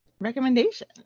recommendation